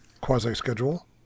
quasi-schedule